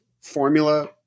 formula